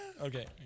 Okay